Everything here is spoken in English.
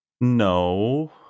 no